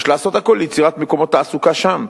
יש לעשות הכול ליצירת מקומות תעסוקה שם,